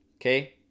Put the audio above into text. okay